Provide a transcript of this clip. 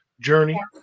journey